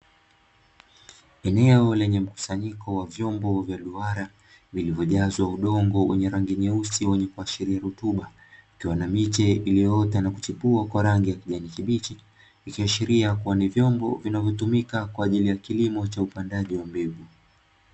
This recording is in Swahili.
Eneo lenye mkusanyiko wa vyombo vya duara vilivyojazwa udongo wenye rangi nyeusi wenye kuashiria rutuba, ikiwa na miche iliyoota na kuchipua kwa rangi ya kijani kibichi, ikiashiria kuwa ni vyombo vinavyotumika kwa ajili ya kilimo cha upandaji wa mbegu.